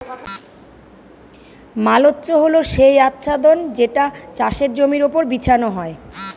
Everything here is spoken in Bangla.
মালচ্য হল সেই আচ্ছাদন যেটা চাষের জমির ওপর বিছানো হয়